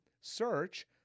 search